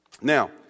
Now